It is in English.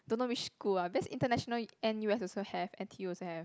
don't know which school ah best international N_U_S also have N_T_U also have